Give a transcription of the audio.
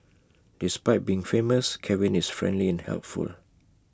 despite being famous Kevin is friendly and helpful